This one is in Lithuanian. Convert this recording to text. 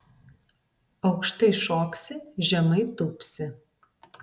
aukštai šoksi žemai tūpsi